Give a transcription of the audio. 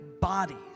bodies